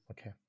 Okay